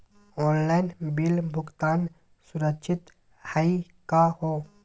Online bill भुगतान सुरक्षित हई का हो?